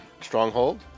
stronghold